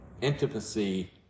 intimacy